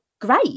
great